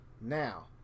Now